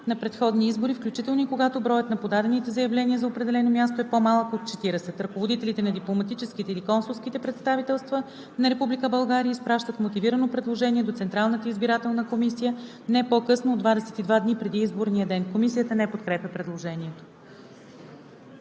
на предходни избори, включително и когато броят на подадените заявления за определено място е по-малък от 40; ръководителите на дипломатическите или консулските представителства на Република България изпращат мотивирано предложение до Централната избирателна комисия не по-късно от 22 дни преди изборния ден.“ Комисията не подкрепя предложението.